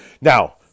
Now